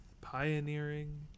pioneering